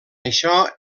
això